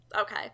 Okay